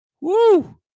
Woo